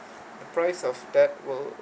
price of that will